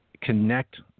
connect